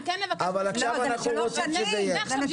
אבל זה לשלוש שנים.